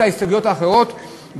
את ההסתייגויות האחרות,